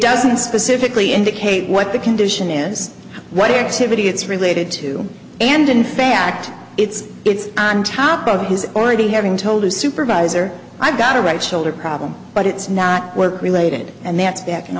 doesn't specifically indicate what the condition is what activity it's related to and in fact it's it's on top of his already having told his supervisor i've got a right shoulder problem but it's not work related and that's back in